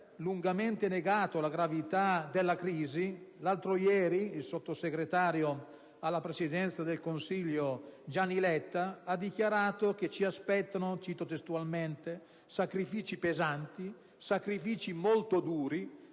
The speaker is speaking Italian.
lungamente negato la gravità della crisi, l'altro ieri il sottosegretario alla Presidenza del Consiglio, Gianni Letta, ha dichiarato che «ci aspettano» - cito testualmente - «sacrifici pesanti, sacrifici molto duri,